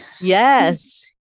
Yes